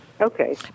Okay